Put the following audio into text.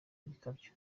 ibikabyo